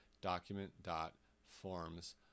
document.forms